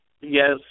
Yes